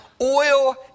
oil